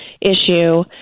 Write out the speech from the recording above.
issue